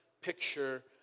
picture